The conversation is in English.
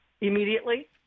immediately